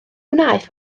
wnaeth